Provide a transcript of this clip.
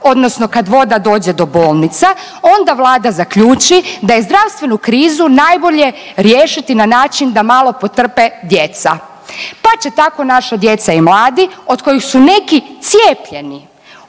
odnosno kad voda dođe do bolnica onda Vlada zaključi da je zdravstvenu krizu najbolje riješiti na način da malo potrpe djeca. Pa će tako naša djeca i mladi od kojih su neki cijepljeni